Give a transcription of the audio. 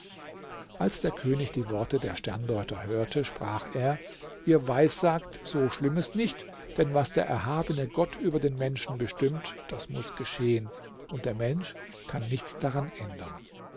als der könig die worte der sterndeuter hörte sprach er ihr weissagt so schlimmes nicht denn was der erhabene gott über den menschen bestimmt das muß geschehen und der mensch kann nichts daran ändern